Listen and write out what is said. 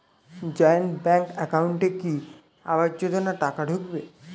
Joint bank একাউন্টে কি আবাস যোজনা টাকা ঢুকবে?